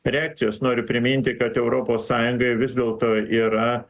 reakcijos noriu priminti kad europos sąjungoje vis dėlto yra